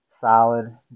solid